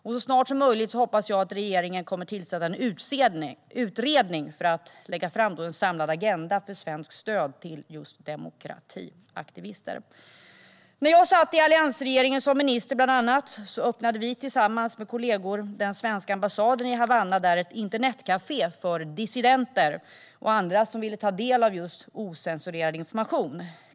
Jag hoppas att regeringen så snart som möjligt kommer att tillsätta en utredning för att lägga fram en samlad agenda för svenskt stöd till demokratiaktivister. När jag satt i alliansregeringen som minister öppnade vi tillsammans med kollegor den svenska ambassaden i Havanna med ett internetkafé för dissidenter och andra som ville ta del av ocensurerad information.